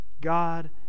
God